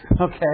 Okay